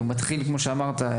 כמו שאמרת,